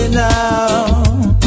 now